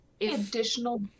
additional